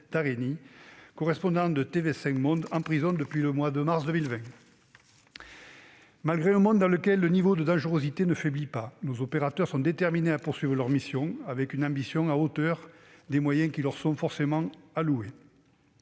correspondant de TV5 Monde, en prison depuis le mois de mars 2020. Malgré un niveau de dangerosité dans le monde qui ne faiblit pas, nos opérateurs sont déterminés à poursuivre leurs missions avec une ambition à hauteur des moyens qui leur seront alloués.